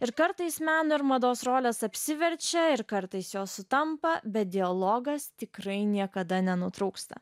ir kartais meno ir mados rolės apsiverčia ir kartais jos sutampa bet dialogas tikrai niekada nenutrūksta